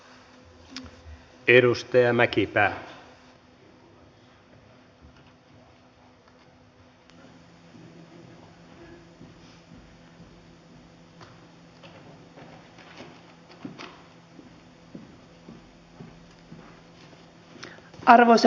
arvoisa herra puhemies